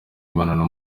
mibonano